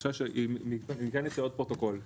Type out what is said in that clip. אני חושב שאם יש פרוטוקול,